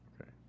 Okay